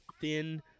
thin